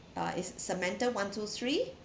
uh it's samantha one two three